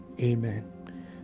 Amen